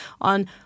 on